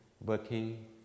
working